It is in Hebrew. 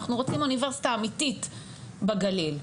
אנחנו רוצים אוניברסיטה אמיתית בגליל,